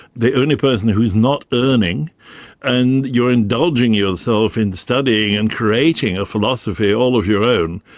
the only person who's not earning and you're indulging yourself in studying and creating a philosophy all of your own,